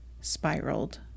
spiraled